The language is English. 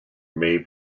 may